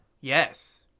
Yes